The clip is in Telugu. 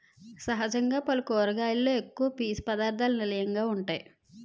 సహజంగా పల్లు కూరగాయలలో ఎక్కువ పీసు పధార్ధాలకు నిలయంగా వుంటాయి